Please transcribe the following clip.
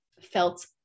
felt